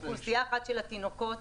אוכלוסייה אחת של התינוקות